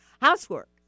housework